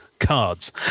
cards